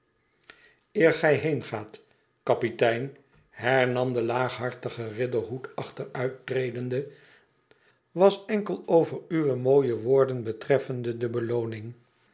eer gij heengaat kapitein hernam de laaghartige riderhood achteniittredende was enkel over uwe mooie woorden betreffende de belooning